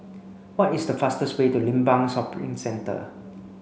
what is the fastest way to Limbang Shopping Centre